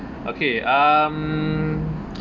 okay um